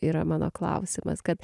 yra mano klausimas kad